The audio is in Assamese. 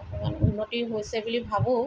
অকণমান উন্নতি হৈছে বুলি ভাবোঁ